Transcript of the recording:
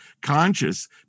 conscious